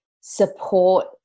support